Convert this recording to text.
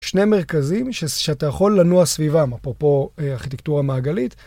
שני מרכזים שאתה יכול לנוע סביבם, אפרופו ארכיטקטורה מעגלית.